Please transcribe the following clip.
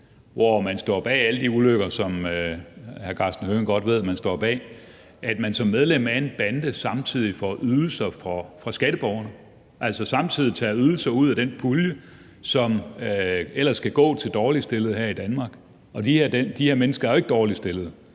hvor man står bag alle de ulykker, som hr. Karsten Hønge jo godt ved man står bag, samtidig får ydelser fra skatteborgerne – altså samtidig tager ydelser ud af den pulje, som ellers skal gå til dårligt stillede her i Danmark. Og de mennesker er jo ikke dårligt stillede.